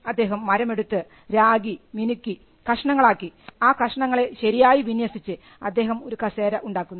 അദ്ദേഹം മരം എടുത്ത് രാകി മിനുക്കി കഷണങ്ങളാക്കി ആ കഷണങ്ങളെ ശരിയായി വിന്യസിച്ച് അദ്ദേഹം ഒരു കസേര ഉണ്ടാക്കുന്നു